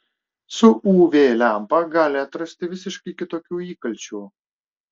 su uv lempa gali atrasti visiškai kitokių įkalčių